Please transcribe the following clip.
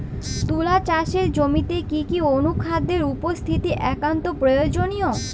তুলা চাষের জমিতে কি কি অনুখাদ্যের উপস্থিতি একান্ত প্রয়োজনীয়?